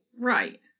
Right